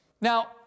Now